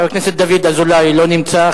חבר הכנסת דוד אזולאי, לא נמצא.